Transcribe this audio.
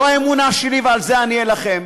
זו האמונה שלי ועל זה אני אלחם.